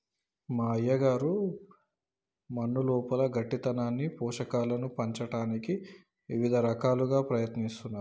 మా అయ్యగారు మన్నులోపల గట్టితనాన్ని పోషకాలను పంచటానికి ఇవిద రకాలుగా ప్రయత్నిస్తున్నారు